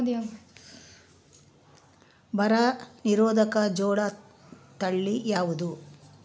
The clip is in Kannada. ಬರ ನಿರೋಧಕ ಜೋಳ ತಳಿ ಯಾವುದು?